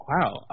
Wow